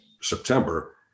September